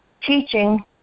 teaching